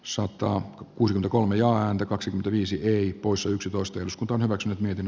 soittaa kuusi kolme ääntä kaksi viisi poissa yksitoista jos kotona vox myytin